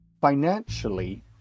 financially